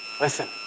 listen